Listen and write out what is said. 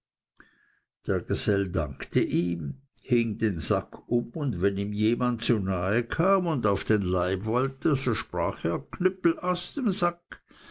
der gesell dankte ihm hing den sack um und wenn ihm jemand zu nahe kam und auf den leib wollte so sprach er knüppel aus dem sack